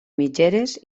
mitgeres